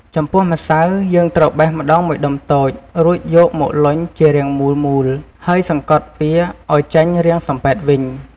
ចំពោះម្សៅ យើងត្រូវបេះម្ដងមួយដុំតូច រួចយកមកលុញវាជារាងមូលៗ ហើយសង្កត់វាឱ្យចេញរាងសំប៉ែតវិញ។